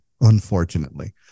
unfortunately